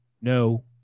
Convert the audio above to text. no